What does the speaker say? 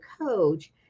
coach